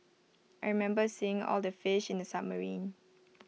I remember seeing all the fish in the submarine